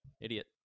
Idiot